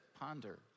ponder